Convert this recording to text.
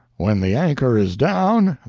when the anchor is down,